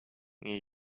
new